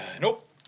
Nope